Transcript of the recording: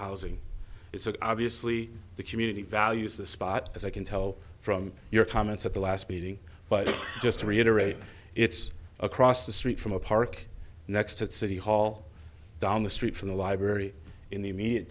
housing it's obviously the community values the spot as i can tell from your comments at the last meeting but just to reiterate it's across the street from a park next to city hall down the street from the library in the immediate